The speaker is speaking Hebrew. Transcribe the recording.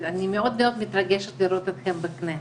אני מאוד מתרגשת לראות אתכם בכנסת,